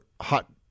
hot